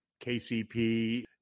KCP